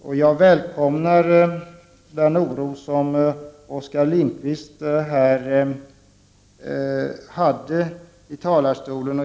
Jag välkomnar den oro som Oskar Lindkvist gav uttryck för från denna talarstol.